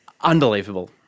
Unbelievable